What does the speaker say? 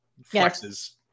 flexes